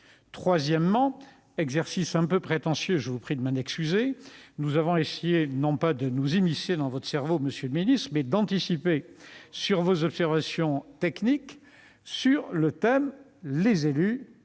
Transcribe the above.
Troisièmement- exercice un peu prétentieux, et je vous prie de m'en excuser -, nous avons essayé non pas de nous immiscer dans votre cerveau, mais d'anticiper vos observations techniques sur le thème « les élus